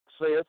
saith